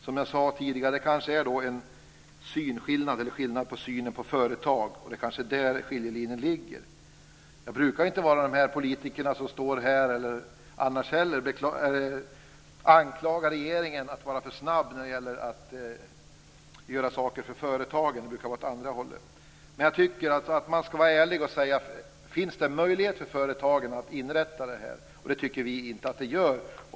Som jag tidigare sade finns här kanske en skillnad i synen på företag. Det är kanske där skiljelinjen ligger. Jag brukar inte höra till de politiker som anklagar regeringen att vara för snabb att göra saker för företagen. Det brukar vara åt andra hållet. Men jag tycker att man skall vara ärlig. Finns det någon möjlighet för företagen att inrätta detta? Det tycker vi inte att det gör.